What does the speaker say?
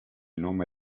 nome